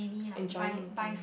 enjoying the time